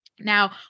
Now